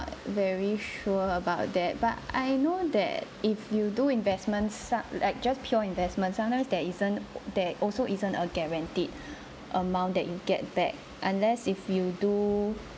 very sure about that but I know that if you do investments ~sa like just pure investment sometimes there isn't there also isn't a guaranteed amount that you get back unless if you do